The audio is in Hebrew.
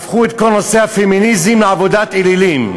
הפכו את כל נושא הפמיניזם לעבודת אלילים.